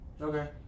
Okay